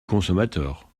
consommateur